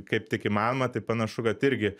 kaip tik įmanoma tai panašu kad irgi